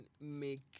make